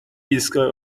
ایستگاه